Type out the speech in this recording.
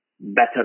better